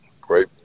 Great